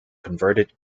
converted